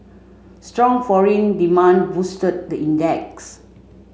strong foreign demand boosted the index